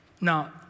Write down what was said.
Now